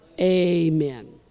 amen